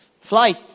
Flight